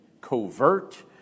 covert